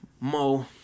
Mo